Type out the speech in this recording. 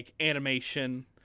animation